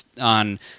on